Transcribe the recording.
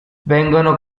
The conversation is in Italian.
vengono